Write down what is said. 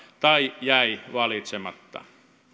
tai jäi valitsematta